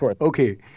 Okay